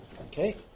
Okay